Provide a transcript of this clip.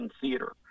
theater